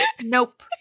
nope